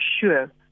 sure